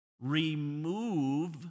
Remove